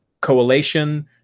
Coalition